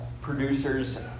Producers